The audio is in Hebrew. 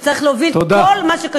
שצריך להוביל את כל מה,